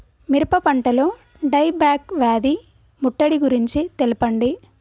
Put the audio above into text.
మిరప పంటలో die back వ్యాధి ముట్టడి గురించి తెల్పండి?